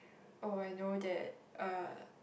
oh I know that uh